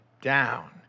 down